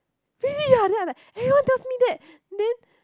really ah then I was like everyone tells me that then